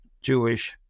Jewish